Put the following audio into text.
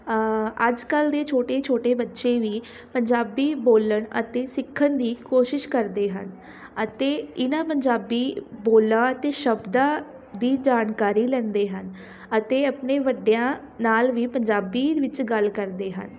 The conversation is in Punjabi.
ਅੱਜ ਕੱਲ੍ਹ ਦੇ ਛੋਟੇ ਛੋਟੇ ਬੱਚੇ ਵੀ ਪੰਜਾਬੀ ਬੋਲਣ ਅਤੇ ਸਿੱਖਣ ਦੀ ਕੋਸ਼ਿਸ਼ ਕਰਦੇ ਹਨ ਅਤੇ ਇਹਨਾਂ ਪੰਜਾਬੀ ਬੋਲਾਂ ਅਤੇ ਸ਼ਬਦਾਂ ਦੀ ਜਾਣਕਾਰੀ ਲੈਂਦੇ ਹਨ ਅਤੇ ਆਪਣੇ ਵੱਡਿਆਂ ਨਾਲ ਵੀ ਪੰਜਾਬੀ ਵਿੱਚ ਗੱਲ ਕਰਦੇ ਹਨ